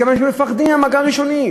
מכיוון שמפחדים מהמגע הראשוני,